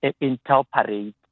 interpret